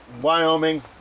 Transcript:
Wyoming